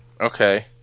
Okay